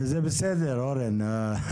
זה לגיטימי אורן.